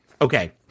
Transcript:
Okay